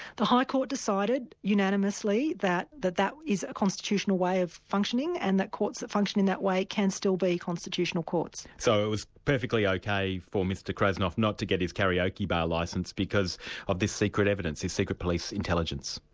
the high court decided unanimously that that that is a constitutional way of functioning, and that courts that function in that way can still be constitutional courts. so it's perfectly okay for mr krasnov not to get his karaoke bar licence because of this secret evidence, this secret police intelligence?